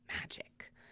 magic